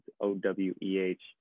O-W-E-H